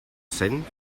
cent